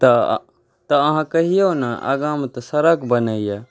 तऽ अहाँ कहियौने आगाँमे तऽ सड़क बनैए